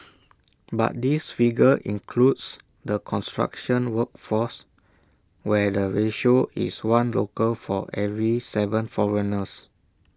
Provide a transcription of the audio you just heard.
but this figure includes the construction workforce where the ratio is one local for every Seven foreigners